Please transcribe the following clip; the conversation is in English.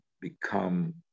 become